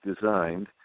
designed